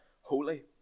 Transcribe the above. holy